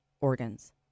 organs